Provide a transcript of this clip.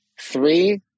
Three